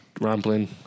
rambling